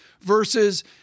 versus